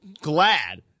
glad